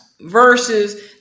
versus